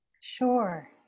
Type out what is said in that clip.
Sure